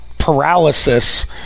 paralysis